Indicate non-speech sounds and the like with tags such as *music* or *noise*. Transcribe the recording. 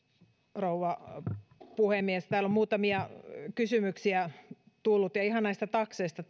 rouva puhemies täällä on muutamia kysymyksiä tullut näistä takseista *unintelligible*